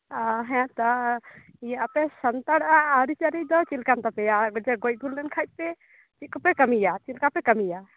ᱚᱻ ᱦᱮᱛᱚ ᱤᱭᱟᱹ ᱟᱯᱮ ᱥᱟᱱᱛᱟᱲᱟᱜ ᱟᱹᱨᱤᱪᱟᱹᱞᱤ ᱫᱚ ᱪᱮᱫᱞᱮᱠᱟᱱ ᱛᱟᱯᱮᱭᱟ ᱜᱚᱡᱚᱜ ᱜᱚᱡᱽ ᱜᱩᱨ ᱞᱮᱱ ᱠᱷᱟᱱ ᱯᱮ ᱪᱮᱫ ᱠᱚᱯᱮ ᱠᱟᱹᱢᱤᱭᱟ ᱪᱮᱫ ᱞᱮᱠᱟ ᱯᱮ ᱠᱟᱹᱢᱤᱭᱟ